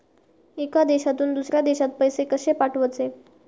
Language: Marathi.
एका देशातून दुसऱ्या देशात पैसे कशे पाठवचे?